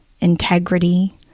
integrity